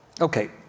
Okay